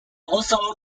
also